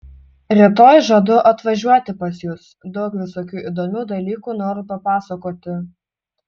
rytoj žadu atvažiuoti pas jus daug visokių įdomių dalykų noriu papasakoti